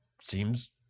seems